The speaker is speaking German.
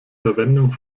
verwendung